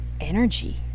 energy